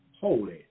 holy